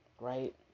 Right